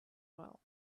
well